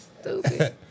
stupid